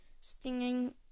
stinging